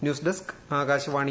news desk Akashvani